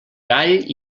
gall